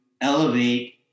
elevate